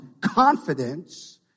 confidence